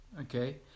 Okay